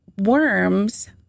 worms